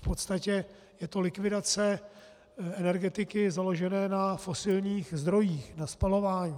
V podstatě je to likvidace energetiky založené na fosilních zdrojích, na spalování.